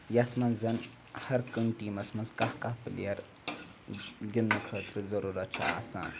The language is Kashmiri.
یَتھ منٛز ہرکُنہِ ٹیٖمَس منٛز کَہہ کَہہ پٕلیر گِنٛدنہٕ خٲطرٕ ضٔروٗرت چھُ آسان